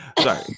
Sorry